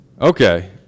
okay